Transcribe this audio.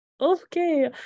okay